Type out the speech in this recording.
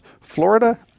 Florida